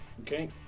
Okay